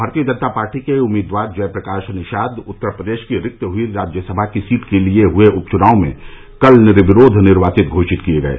भारतीय जनता पार्टी के उम्मीदवार जय प्रकाश निषाद उत्तर प्रदेश की रिक्त हुई राज्यसभा सीट के लिए हए उप चुनाव में कल निर्विरोध निर्वाचित घोषित किये गये